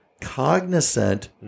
cognizant